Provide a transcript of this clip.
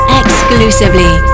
exclusively